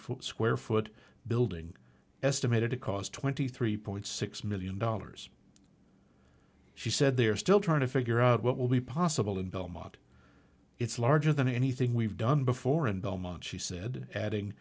foot square foot building estimated to cost twenty three point six million dollars she said they are still trying to figure out what will be possible in belmont it's larger than anything we've done before in belmont she said adding